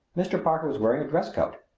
mr. parker was wearing a dress coat,